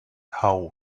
how